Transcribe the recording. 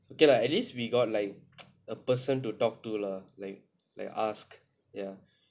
okay lah at least we got like a person to talk to lah like like ask ya